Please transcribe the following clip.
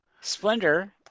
splendor